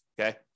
Okay